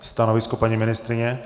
Stanovisko paní ministryně?